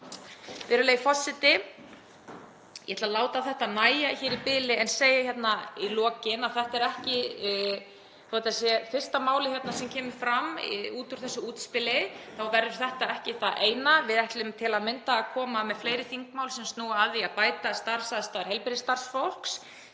Virðulegi forseti. Ég ætla að láta þetta nægja í bili en segi í lokin að þó að þetta sé fyrsta málið sem kemur fram út úr þessu útspili þá verður þetta ekki það eina. Við ætlum til að mynda að koma með fleiri þingmál sem snúa að því að bæta starfsaðstæður heilbrigðisstarfsfólks,